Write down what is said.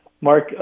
Mark